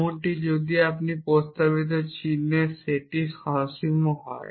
এমনকি যদি প্রস্তাবিত চিহ্নের সেটটি সসীম হয়